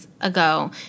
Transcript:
ago